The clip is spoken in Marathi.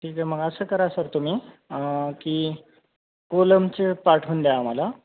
ठीक आहे मग असं करा सर तुम्ही की कोलमचे पाठवून द्या आम्हाला